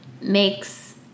Makes